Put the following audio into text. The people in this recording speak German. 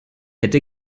hätte